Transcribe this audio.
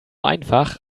einfach